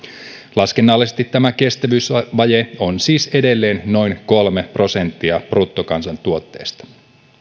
laskennallisesti tämä kestävyysvaje on siis edelleen noin kolme prosenttia bruttokansantuotteesta